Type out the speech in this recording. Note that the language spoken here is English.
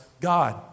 God